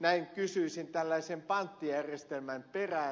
näin kysyisin tällaisen panttijärjestelmän perään